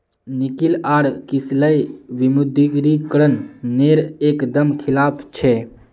निकिल आर किसलय विमुद्रीकरण नेर एक दम खिलाफ छे